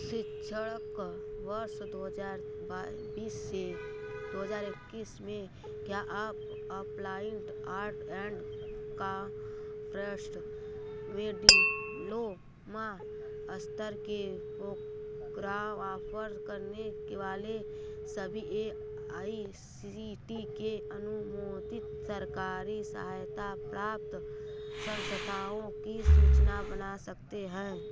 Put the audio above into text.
शैक्षणिक वर्ष दो हज़ार बीस से इक्कीस में क्या आप अप्लाइड आर्ट एंड काफ़्टस में डिप्लोमा स्तर के पोग्राम आपर करने वाले सभी ए आई सी टी के अनुमोदित सरकारी सहायता प्राप्त संस्थाओं की सूचना बना सकते हैं